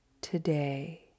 today